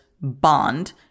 bond